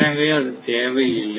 எனவே அது தேவை இல்லை